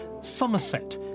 Somerset